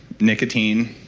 nicotine,